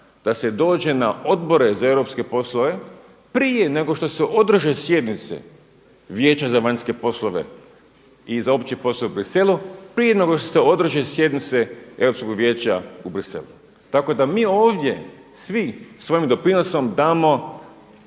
da se dođe na odbore za europske poslove, prije nego što se održe sjednice Vijeća za vanjske poslove i za opći posao u Bruxellesu, prije nego se održe sjednice Europskog vijeća u Bruxellesu. Tako da mi ovdje svi svojim doprinosom damo